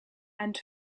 and